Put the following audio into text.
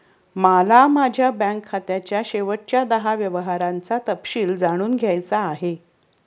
मला माझ्या बँक खात्याच्या शेवटच्या दहा व्यवहारांचा तपशील जाणून घ्यायचा आहे